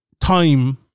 time